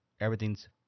Everything's